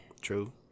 True